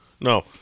No